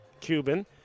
Cuban